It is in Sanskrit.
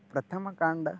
प्रथमकाण्डः